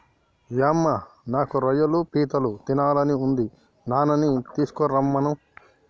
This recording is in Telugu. యమ్మ నాకు రొయ్యలు పీతలు తినాలని ఉంది నాన్ననీ తీసుకురమ్మను